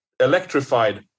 electrified